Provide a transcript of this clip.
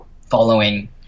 following